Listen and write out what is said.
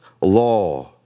law